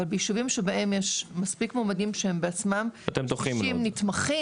אבל ביישובים שבהם יש מספיק מועמדים שהם בעצמם אנשים נתמכים,